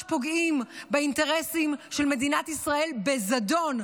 פוגעים באינטרסים של מדינת ישראל בזדון,